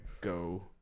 go